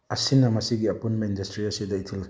ꯑꯁꯤꯅ ꯃꯁꯤꯒꯤ ꯑꯄꯨꯟꯕ ꯏꯟꯗꯁꯇ꯭ꯔꯤ ꯑꯁꯤꯗ ꯏꯊꯤꯜ